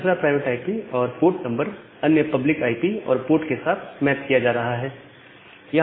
दूसरा private IP और port number अन्य पब्लिक आईपी और पोर्ट के साथ मैप किया जा रहा है